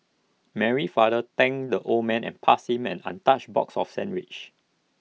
Mary's father thanked the old man and passed him an untouched box of sandwiches